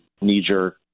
knee-jerk